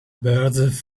birds